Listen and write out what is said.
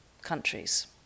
countries